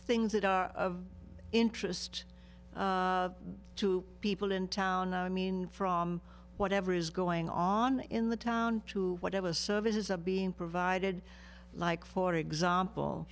things that are of interest to people in town i mean from whatever is going on in the town to whatever services are being provided like for example